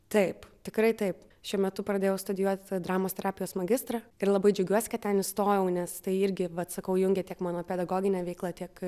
taip tikrai taip šiuo metu pradėjau studijuoti dramos terapijos magistrą ir labai džiaugiuosi kad ten įstojau nes tai irgi vat sakau jungia tiek mano pedagoginę veiklą tiek